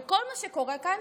בכל מה שקורה כאן,